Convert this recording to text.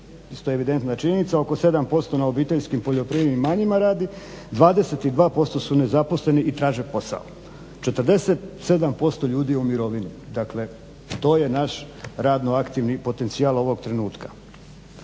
isto evidentna činjenica, oko 7% na obiteljskim poljoprivrednim imanjima radi, 22% su nezaposleni i traže posao, 47% ljudi je u mirovini. Dakle, to je naš radno aktivni potencijal ovoga trenutka.